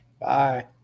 Bye